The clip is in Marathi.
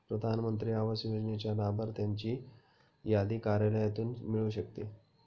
प्रधान मंत्री आवास योजनेच्या लाभार्थ्यांची यादी कार्यालयातून मिळू शकते